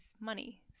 money